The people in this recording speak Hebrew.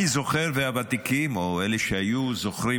אני זוכר והוותיקים או אלו שהיו זוכרים